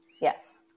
Yes